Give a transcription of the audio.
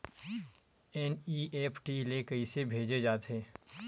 NEFT ले कइसे भेजे जाथे?